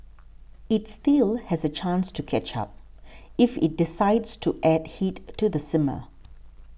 it still has a chance to catch up if it decides to add heat to the simmer